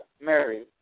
Mary